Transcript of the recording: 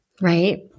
right